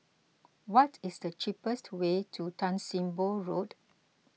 what is the cheapest way to Tan Sim Boh Road